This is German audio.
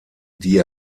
die